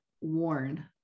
worn